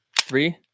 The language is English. three